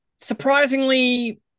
surprisingly